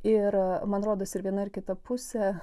ir man rodos ir viena ar kita pusė